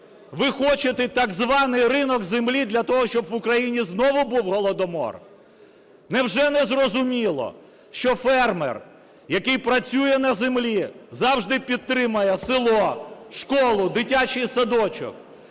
Ви хочете так званий ринок землі для того, щоб в Україні знову був голодомор. Невже не зрозуміло, що фермер, який працює на землі, завжди підтримає село, школу, дитячий садочок?